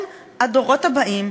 הדבר הזה.